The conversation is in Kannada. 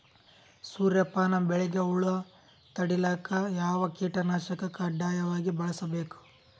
ಸೂರ್ಯಪಾನ ಬೆಳಿಗ ಹುಳ ತಡಿಲಿಕ ಯಾವ ಕೀಟನಾಶಕ ಕಡ್ಡಾಯವಾಗಿ ಬಳಸಬೇಕು?